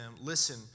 listen